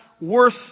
worth